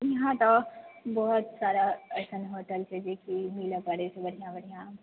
यहाँ तऽ बहुत सारा ऐसन होटल छै जे कि मिलऽ पाड़ै बढ़िऑं बढ़िऑं